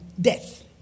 death